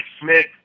Smith